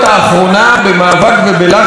ובלחץ של נציגי האופוזיציה,